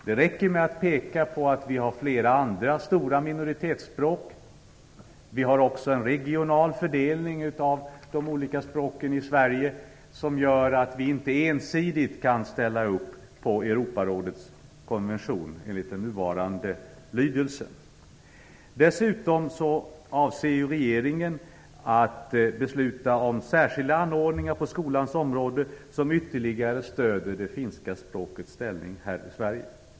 Det räcker med att peka på det faktum att vi har flera andra stora minoritetsspråk. Vi har också en regional fördelning av de olika språken i Sverige som gör att vi inte ensidigt kan ställa upp på Europarådets konvention i den nuvarande lydelsen. Dessutom avser regeringen att besluta om särskilda anordningar på skolans område som ytterligare stöder det finska språkets ställning här i Sverige.